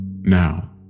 Now